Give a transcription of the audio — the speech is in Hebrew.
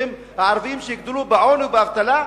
שהם הערבים שיגדלו בעוני ובאבטלה?